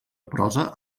prosa